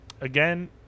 Again